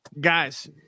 Guys